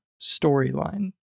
storyline